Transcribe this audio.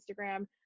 Instagram